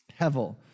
hevel